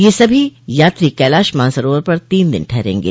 यह सभी यात्री कैलाश मानसरोवर पर तीन दिन ठहरेंगे